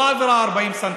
העבירה היא לא 40 סנטימטר.